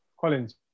Collins